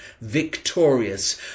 victorious